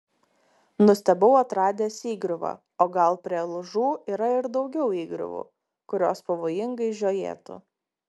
nustebau atradęs įgriuvą o gal prie lūžų yra ir daugiau įgriuvų kurios pavojingai žiojėtų